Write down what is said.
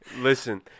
Listen